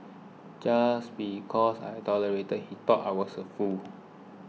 just because I tolerated he thought I was a fool